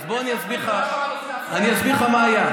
ישבת עם, אני אסביר לך מה היה.